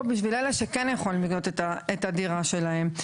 בשביל אלה שכן יכולים לקנות את הדירה שלהם.